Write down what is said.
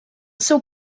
seu